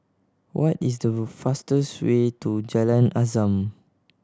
what is the fastest way to Jalan Azam